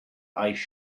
ice